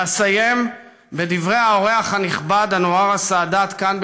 ואסיים בדברי האורח הנכבד אנואר סאדאת כאן,